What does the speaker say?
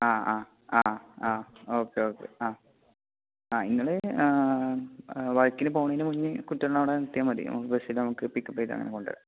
ആ ആ ആ ആ ഓക്കെ ഓക്കെ ആ ആ നിങ്ങൾ വർക്കിന് പോകണതിന് മുന്നെ കുട്ടികളെ അവിടെ നിർത്തിയാൽ മതി നമുക്ക് ബസ്സിൽ നമുക്ക് പിക്കപ്പ് ചെയ്തങ്ങനെ കൊണ്ടുവരാം